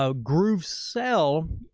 ah groovesell.